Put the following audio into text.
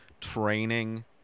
training